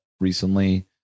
recently